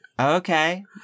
okay